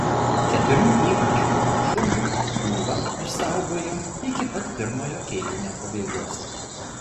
keturių įvarčių pranašumą ūla išsaugojo iki pat pirmojo kėlinio pabaigos